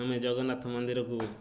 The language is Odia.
ଆମେ ଜଗନ୍ନାଥ ମନ୍ଦିରକୁୁ